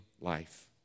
life